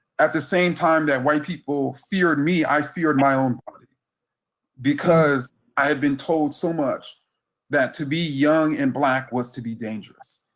at the same time that white people feared me i feared my own body because i had been told so much that to be young and black was to be dangerous.